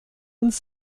uns